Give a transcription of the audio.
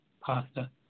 pasta